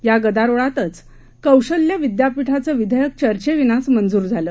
या गदारोळातच कौशल्य विद्यापीठाचे विधेयक चर्चेविनाच मंजूर करण्यात आलं